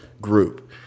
group